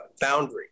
boundary